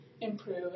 improve